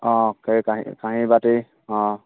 অঁ কাঁহী কাঁহী বাতি অঁ